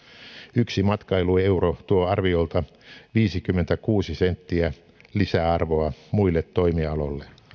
yksi matkailueuro tuo arviolta viisikymmentäkuusi senttiä lisäarvoa muille toimialoille